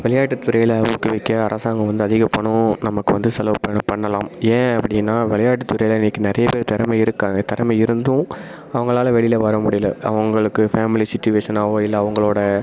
விளையாட்டுத்துறையில் ஊக்குவிக்க அரசாங்கம் வந்து அதிக பணம் நமக்கு வந்து செலவு பண்ண பண்ணலாம் ஏன் அப்படின்னா விளையாட்டுத்துறையில் இன்னைக்கு நிறைய பேர் திறமை இருக்கு திறமை இருந்தும் அவங்களால வெளியில வர முடியல அவங்களுக்கு ஃபேமிலி சுச்சுவேஷனாவோ இல்லை அவங்களோட